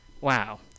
Wow